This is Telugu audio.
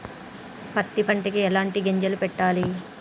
పత్తి పంటకి ఎలాంటి గింజలు పెట్టాలి?